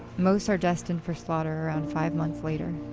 most are destined for slaughter around five months later.